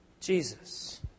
Jesus